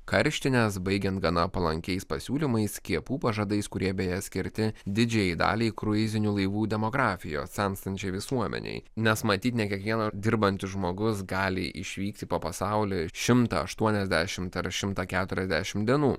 karštinės baigiant gana palankiais pasiūlymais skiepų pažadais kurie beje skirti didžiajai daliai kruizinių laivų demografijos senstančiai visuomenei nes matyt ne kiekvienas dirbantis žmogus gali išvykti po pasaulį šimtą aštuoniasdešimt ar šimtą keturiasdešimt dienų